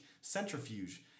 Centrifuge